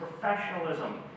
professionalism